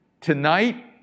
tonight